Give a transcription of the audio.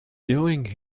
doing